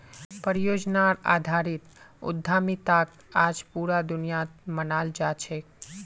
परियोजनार आधारित उद्यमिताक आज पूरा दुनियात मानाल जा छेक